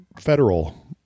federal